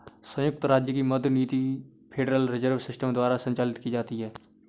संयुक्त राज्य की मौद्रिक नीति फेडरल रिजर्व सिस्टम द्वारा संचालित की जाती है